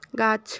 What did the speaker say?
গাছ